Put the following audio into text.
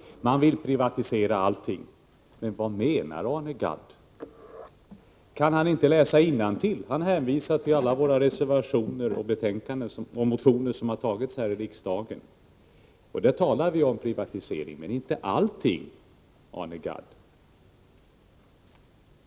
Det partiet vill ju privatisera allting, sade han. Vad menar egentligen Arne Gadd? Kan han inte läsa innantill? Han hänvisar till alla våra reservationer och motioner som har behandlats här i riksdagen. I dem talar vi om privatisering, men vi påstår inte att allt skall privatiseras, Arne Gadd.